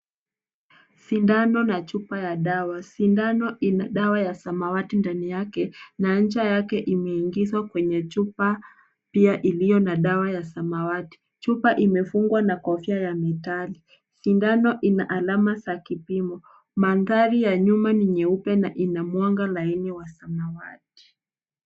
Sindano na chupa ya dawa, sindano ina dawa ya samawati ndani yake, na ncha yake imeingizwa kwenye chupa pia ilio na dawa ya samawati. Chupa hiyo imefungwa na kofia ya mitali. Sindano ina alama za kilimo. Mandhari ya nyuma ni nyeupe na ina mwanga laini wa samawati.